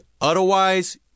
Otherwise